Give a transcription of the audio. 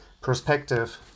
perspective